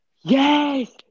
yes